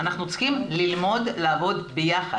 אנחנו צריכים ללמוד לעבוד ביחד.